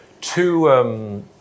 two